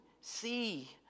see